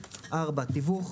(4) תיווך,